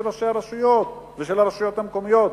ראשי הרשויות ושל הרשויות המקומיות,